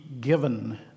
given